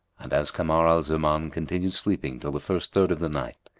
and as kamar al-zaman continued sleeping till the first third of the night,